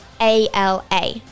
ALA